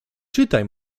czytaj